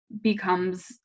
becomes